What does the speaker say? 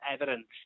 evidence